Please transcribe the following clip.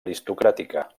aristocràtica